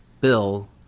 Bill